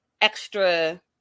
extra